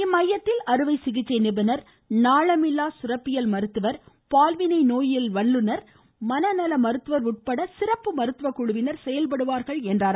இம்மையத்தில் அறுவை சிகிச்சை நிபுணர் நாளமில்லா சுரப்பியல் மருத்துவர் பால்வினை நோயியல் வல்லுநர் மனநல மருத்துவர் உட்பட சிறப்பு மருத்துவக் குழுவின் செயல்படுவார்கள் என்றார்